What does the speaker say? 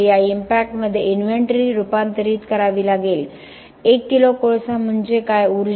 त्यामुळे या इम्पॅक्टमध्ये इन्व्हेंटरी रूपांतरित करावी लागेल 1 किलो कोळसा म्हणजे काय